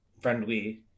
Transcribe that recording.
friendly